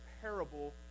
parable